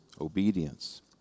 obedience